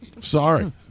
Sorry